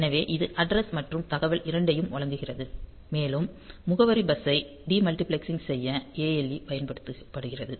எனவே இது அட்ரஸ் மற்றும் தகவல் இரண்டையும் வழங்குகிறது மேலும் முகவரி பஸ்ஸை டி மல்டிபிளக்ஸ் செய்ய ALE பயன்படுத்தப்படுகிறது